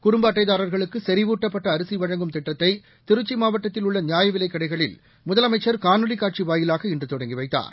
குடும்ப அட்டைதாரா்களுக்கு செறிவூட்டப்பட்ட அரிசி வழங்கும் திட்டத்தை திருச்சி மாவட்டத்தில் உள்ள நியாயவிலைக் கடைகளில் முதலமைச்சர் காணொலி காட்சி வாயிலாக இன்று தொடங்கி வைத்தார்